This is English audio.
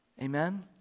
Amen